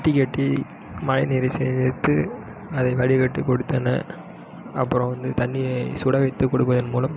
தொட்டி கட்டி மழைநீரை சேகரித்து அதை வடிகட்டி கொடுத்தனர் அப்புறம் வந்து தண்ணியை சுட வைத்து குடிப்பதன் மூலம்